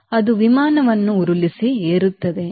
ಅದು ವಿಮಾನವನ್ನು ಉರುಳಿಸಿ ಏರುತ್ತದೆ